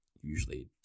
usually